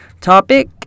topic